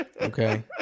Okay